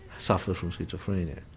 suffers from schizophrenia.